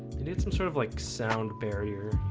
need some sort of like sound barrier